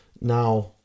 Now